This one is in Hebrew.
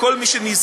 לכל מי שנזקק,